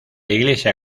iglesia